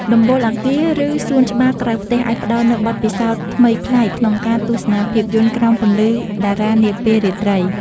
ដំបូលអគារ ឬសួនច្បារក្រៅផ្ទះ អាចផ្ដល់នូវបទពិសោធន៍ថ្មីប្លែកក្នុងការទស្សនាភាពយន្តក្រោមពន្លឺតារានាពេលរាត្រី។